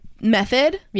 method